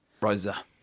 Rosa